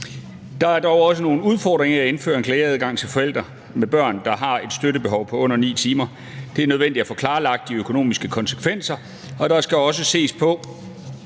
Der er dog også nogle udfordringer i at indføre en klageadgang til forældre med børn, der har et støttebehov på under 9 timer. Det er nødvendigt at få klarlagt de økonomiske konsekvenser, og der skal også ses på,